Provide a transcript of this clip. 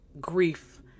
grief